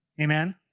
Amen